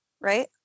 right